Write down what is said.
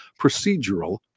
procedural